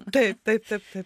taip taip taip taip